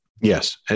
Yes